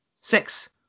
Six